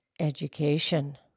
education